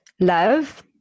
love